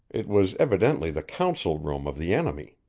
it was evidently the council-room of the enemy.